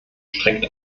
strikt